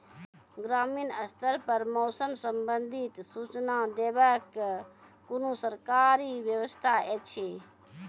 ग्रामीण स्तर पर मौसम संबंधित सूचना देवाक कुनू सरकारी व्यवस्था ऐछि?